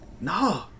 no